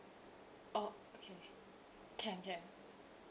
orh okay okay can can